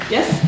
Yes